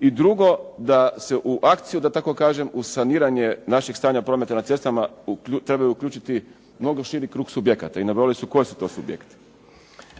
I drugo, da se u akciju, da tako kažem, uz saniranje našeg stanja prometa na cestama trebaju uključiti mnogo širi krug subjekata i nabrojali su koji su to subjekti.